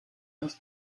hast